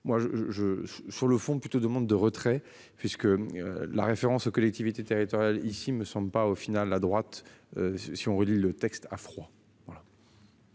je. Sur le fond plutôt demande de retrait puisque la référence aux collectivités territoriales ici me semble pas au final la droite. Si on relit le texte a froid.